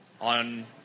on